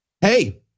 Hey